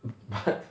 but